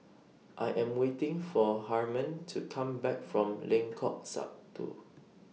I Am waiting For Harmon to Come Back from Lengkok Satu